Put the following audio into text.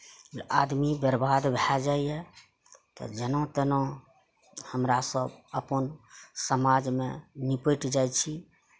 आदमी बर्बाद भऽ जाइए तऽ जेना तेना हमरा सब अपन समाजमे निपटि जाइ छी